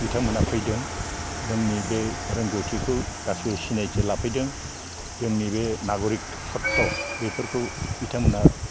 बिथांमोनहा फैदों जोंनि बे रोंगौथिखौ गासिबो सिनायथि लाफैदों जोंनि बे नागरिक सत्त बेफोरखौ बिथांमोनहा